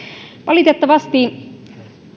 valitettavasti